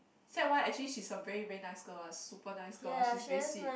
sec one actually she's a very very nice girl super nice girl she's very sweet